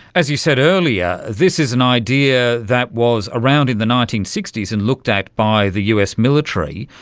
as you said earlier, this is an idea that was around in the nineteen sixty s and looked at by the us military.